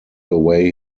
away